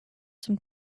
some